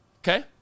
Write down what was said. okay